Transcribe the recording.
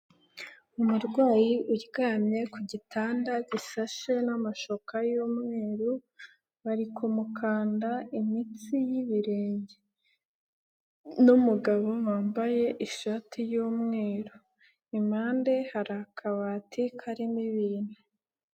Umurwayi uryamye ku gitanda gisashe n'amashuka y'umweru, bari kumukanda imitsi y'ibirenge n'umugabo wambaye ishati y'umweru, impande hari akabati karimo ibintu.